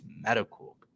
medical